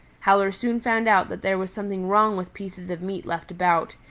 howler soon found out that there was something wrong with pieces of meat left about,